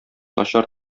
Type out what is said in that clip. начар